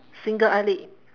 single eyelid